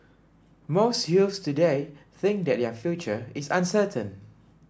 most youths today think that their future is uncertain